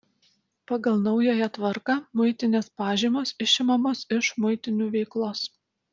pagal naująją tvarką muitinės pažymos išimamos iš muitinių veiklos